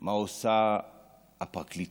מה עושה הפרקליטות,